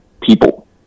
people